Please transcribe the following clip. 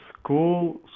school